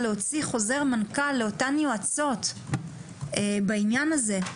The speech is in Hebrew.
להוציא חוזר מנכ"ל לאותן יועצות בעניין הזה,